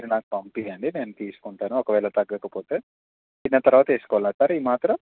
మీరు నాకు పంపించండి నేను తీసుకుంటాను ఒకవేళ తగ్గకపోతే తిన్న తర్వాత వేసుకోవాలా సార్ ఈ మాత్ర